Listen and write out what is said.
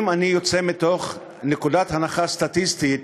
אם אני יוצא מתוך נקודת הנחה סטטיסטית,